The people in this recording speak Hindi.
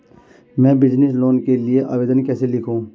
मैं बिज़नेस लोन के लिए आवेदन कैसे लिखूँ?